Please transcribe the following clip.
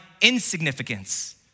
insignificance